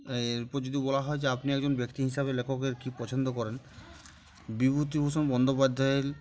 এরপর যদি বলা হয় যে আপনি একজন ব্যক্তি হিসাবে লেখকের কী পছন্দ করেন বিভূতিভূষণ বন্দ্যোপাধ্যায়ের